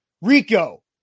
Rico